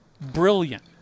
brilliant